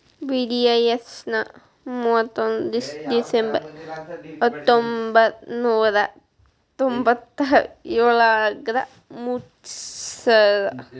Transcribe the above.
VDIS ನ ಮುವತ್ತೊಂದ್ December ಹತ್ತೊಂಬತ್ ನೂರಾ ತೊಂಬತ್ತಯೋಳ್ರಾಗ ಮುಚ್ಚ್ಯಾರ